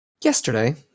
yesterday